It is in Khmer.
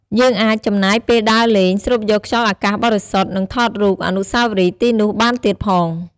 យើងអាចចំណាយពេលដើរលេង ស្រូបយកខ្យល់អាកាសបរិសុទ្ធ និងថតរូបអនុស្សាវរីយ៍ទីនោះបានទៀតផង ។